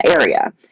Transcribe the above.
Area